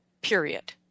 period